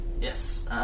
Yes